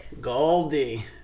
goldie